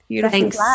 thanks